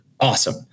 awesome